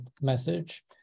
message